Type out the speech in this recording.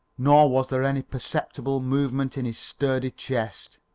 nor was there any perceptible movement in his sturdy chest.